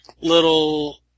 little